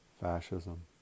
fascism